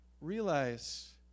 Realize